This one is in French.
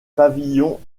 pavillons